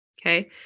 Okay